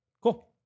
Cool